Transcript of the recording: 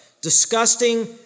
Disgusting